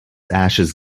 ashes